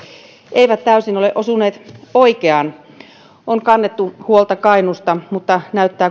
eivät kuitenkaan täysin ole osuneet oikeaan on kannettu huolta kainuusta mutta näyttää